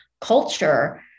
culture